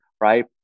right